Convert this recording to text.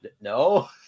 No